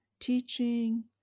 teaching